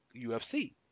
ufc